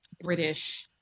British